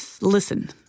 listen